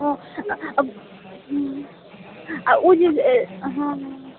ओ हूँ आ ओ चीज हँ हँ